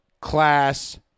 Class